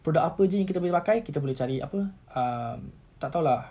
product apa jer yang kita boleh pakai kita boleh cari apa um tak tahu lah